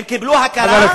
הם קיבלו הכרה?